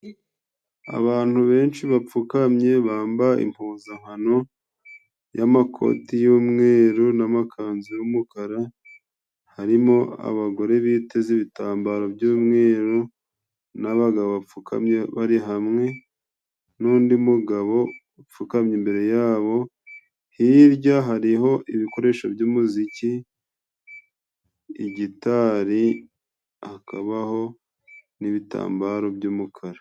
Abantu benshi bapfukamye, bambaye impuzangano y'amakoti y'umweru n'amakanzu y'umukara. Harimo abagore biteze ibitambaro by'umweru, n'abagabo bapfukamye bari hamwe n'undi mugabo upfukamye imbere yabo. Hirya, hariho ibikoresho by'umuziki, gitari, hakabaho n'ibitambaro by'umukara.